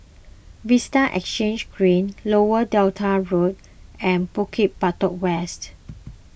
Vista Exhange Green Lower Delta Road and Bukit Batok West